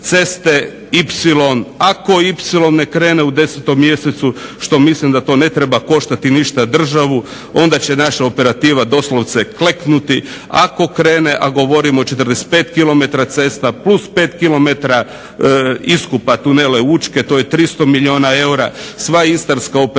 ne krene u 10 mjesecu što mislim da to ne treba koštati ništa državu onda će naša operativa doslovce kleknuti. Ako krene, a govorim o 45 km cesta plus 5 km iskopa tunela Učke to je 300 milijuna eura. Sva istarska operativa